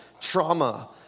trauma